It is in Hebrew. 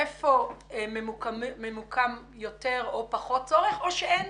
היכן ממוקם יותר או פחות צורך או שאין